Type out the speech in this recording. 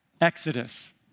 Exodus